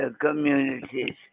communities